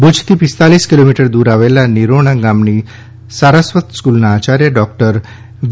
ભુજથી પિસ્તાલિશ કિલોમીટર દૂર આવેલા નિરોણા ગામની સારસ્વત હાઇસ્કૂલના આચાર્ય ડોક્ટર વી